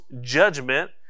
judgment